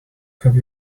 have